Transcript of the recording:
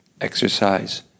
exercise